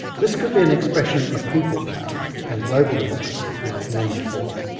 this could be an expression of people power and global democracy like none before.